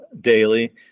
daily